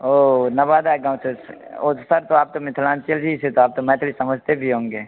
ओह नवादा गाँव से वो सर तो आप तो मिथलांचल ही से तो आप तो मैथिली समझते भी होंगे